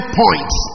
points